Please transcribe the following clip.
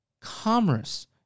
commerce